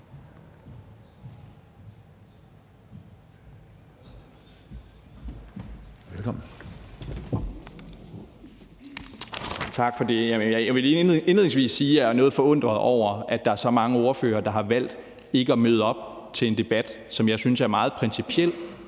(DF): Tak for det. Jeg vil lige indledningsvis sige, at jeg er noget forundret over, at der er så mange ordførere, der har valgt ikke at møde op til en debat, som jeg synes er meget principiel